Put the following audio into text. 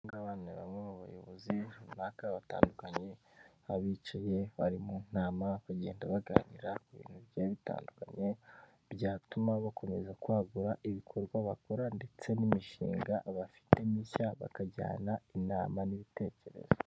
aba ngaba ni bamwe mu bayobozi runaka batandukanye nk'abicaye bari mu nama bagenda baganira ku bintu byari bitandukanye byatuma bakomeza kwagura ibikorwa bakora, ndetse n'imishinga bafite mishya bakajyana inama n'ibitekerezo.